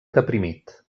deprimit